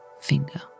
finger